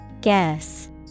Guess